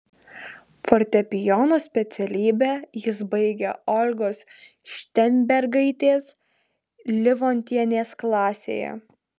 fortepijono specialybę jis baigė olgos šteinbergaitės livontienės klasėje